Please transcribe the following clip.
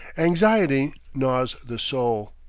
anxiety gnaws the soul.